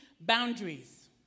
boundaries